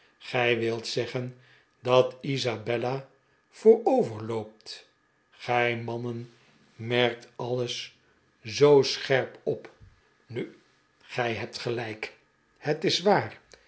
gij wilt zeggen dat isabella voorover loopt gij mannen merkt alles zoo scherp op nu gij hebt gelijk het is waar